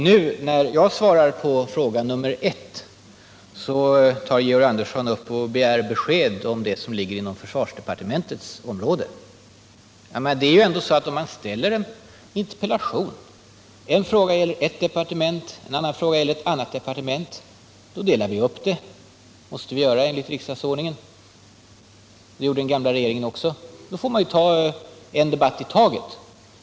Nu när jag svarar på fråga nr I begär Georg Andersson besked om det som ligger inom försvarsdepartementets område. Om det framställs en interpellation där en fråga gäller ert departement och en annan fråga ett annat departement, då delar vi upp svaret. Det måste vi göra enligt riksdagsordningen, och det gjorde den gamla regeringen också. Vi får ta en debatt i taget.